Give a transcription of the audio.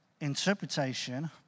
interpretation